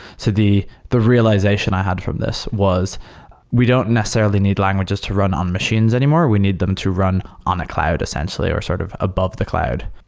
the the realization i had from this was we don't necessarily need languages to run on machines anymore. we need them to run on a cloud essentially or sort of above the cloud.